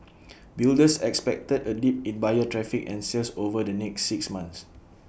builders expected A dip in buyer traffic and sales over the next six months